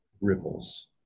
ripples